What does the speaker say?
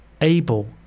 ABLE